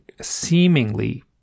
seemingly